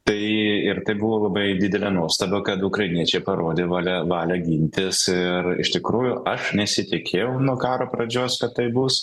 tai ir tai buvo labai didelė nuostaba kad ukrainiečiai parodė valia valią gintis ir iš tikrųjų aš nesitikėjau nuo karo pradžios kad tai bus